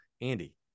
Andy